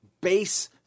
base